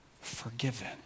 forgiven